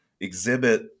exhibit